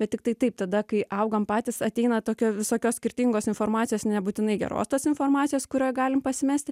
bet tiktai taip tada kai augam patys ateina tokio visokios skirtingos informacijos nebūtinai geros tos informacijos kurioj galim pasimesti